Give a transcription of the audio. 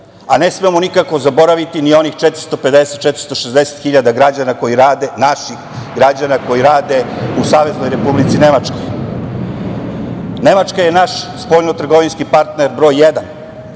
a ne smemo nikako zaboraviti ni onih 450-460 hiljada naših građana koji rade u Saveznoj Republici Nemačkoj. Nemačka je naš spoljnotrgovinski partner broj jedan.